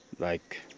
like.